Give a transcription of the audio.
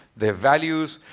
their values,